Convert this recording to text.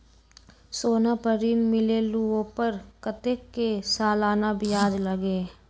सोना पर ऋण मिलेलु ओपर कतेक के सालाना ब्याज लगे?